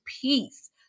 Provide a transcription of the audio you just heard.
peace